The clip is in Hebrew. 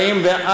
44,